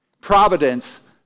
Providence